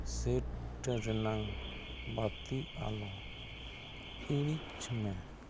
shade ᱨᱮᱱᱟᱝ ᱵᱟᱹᱛᱤ ᱟᱞᱚ ᱤᱬᱤᱡᱽ ᱢᱮ